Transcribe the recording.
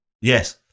Yes